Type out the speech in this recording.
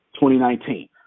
2019